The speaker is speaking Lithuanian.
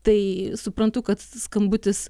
tai suprantu kad skambutis